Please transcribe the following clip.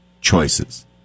choices